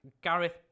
Gareth